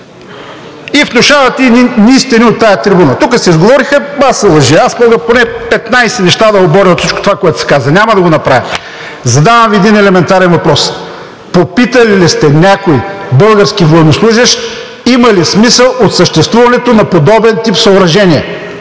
и внушавате едни неистини от тази трибуна? Тук се изговориха маса лъжи. Аз мога поне 15 неща да оборя от всичко това, което се каза. Няма да го направя. Задавам Ви един елементарен въпрос: попитали ли сте някой български военнослужещ има ли смисъл от съществуването на подобен тип съоръжения